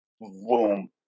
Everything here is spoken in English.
Boom